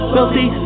Wealthy